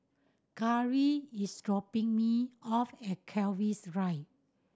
Karri is dropping me off at Keris Drive